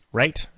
right